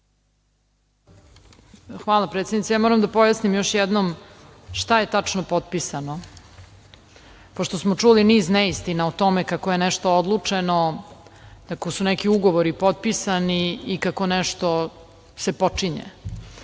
Hvala predsednice. Moram da pojasnim još jednom šta je tačno potpisano. Pošto smo čuli niz neistina o tome kako je nešto odlučeno, kako su neki ugovori potpisani i kako se nešto počinje.